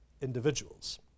individuals